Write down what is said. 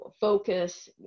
focus